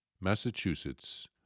Massachusetts